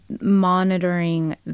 monitoring